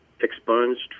expunged